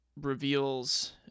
reveals